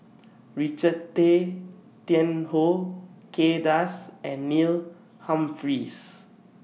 Richard Tay Tian Hoe Kay Das and Neil Humphreys